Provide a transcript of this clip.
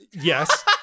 yes